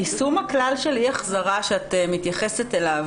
יישום הכלל של אי החזרה שאת מתייחסת אליו,